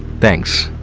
thanks